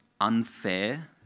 unfair